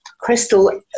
crystal